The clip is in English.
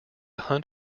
hunt